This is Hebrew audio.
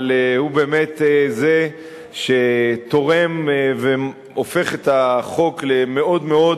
אבל הוא באמת זה שתורם והופך את החוק למאוד מאוד